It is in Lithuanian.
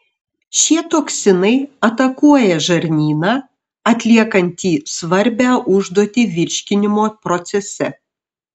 šie toksinai atakuoja žarnyną atliekantį svarbią užduotį virškinimo procese